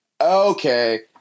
okay